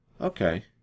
okay